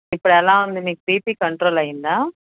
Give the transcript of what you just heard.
ఇప్పుడెలా ఉంది మీకు బీపీ కంట్రోల్ అయ్యిందా